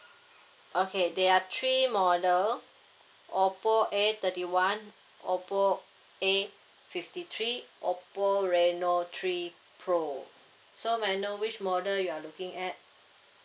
okay there are three model OPPO A thirty one OPPO A fifty three OPPO Reno three pro so may I know which model you are looking at